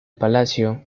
palacio